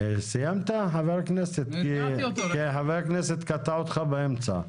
סיימת, חבר הכנסת, כי חבר הכנסת קטע אותך באמצע.